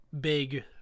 big